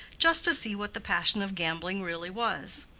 just to see what the passion of gambling really was.